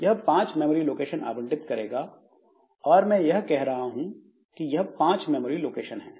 यह पांच memory location आवंटित करेगा और मैं यह कह रहा हूं कि यह 5 मेमोरी लोकेशन है